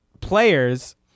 players